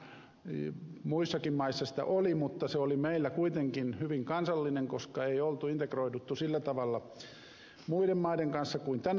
muissakin maissa sitä oli mutta se oli meillä kuitenkin hyvin kansallinen koska ei ollut integroiduttu sillä tavalla muiden maiden kanssa kuin tänä päivänä